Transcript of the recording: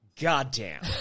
Goddamn